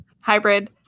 hybrid